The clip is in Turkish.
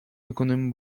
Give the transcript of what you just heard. ekonomi